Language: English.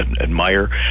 admire